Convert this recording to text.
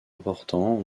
importants